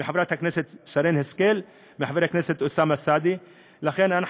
של חברת הכנסת שרן השכל ושל חבר הכנסת אוסאמה סעדי.